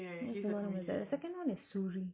he's the one the second one is soori